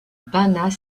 banat